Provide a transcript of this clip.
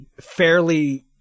fairly